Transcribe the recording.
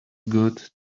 good